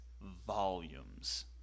volumes